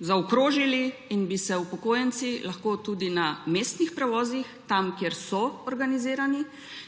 zaokrožili in bi se upokojenci lahko tudi na mestnih prevozih, tam, kjer so organizirani,